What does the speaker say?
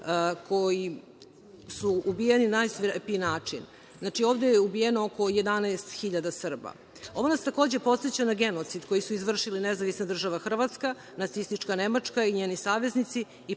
koji su ubijeni na najsvirepiji način. Znači, ovde je ubijeno oko 11.000 Srba. Ovo nas takođe podseća na genocid koji su izvršili NDH, nacistička Nemačka i njeni saveznici